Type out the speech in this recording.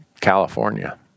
California